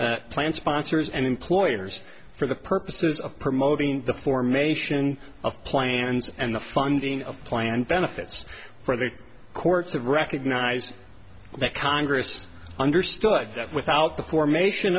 and plan sponsors and employers for the purposes of promoting the formation of plans and the funding of planned benefits for the courts of recognize that congress understood that without the formation